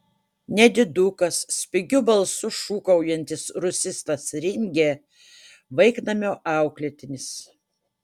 nedidukas spigiu balsu šūkaujantis rusistas ringė vaiknamio auklėtinis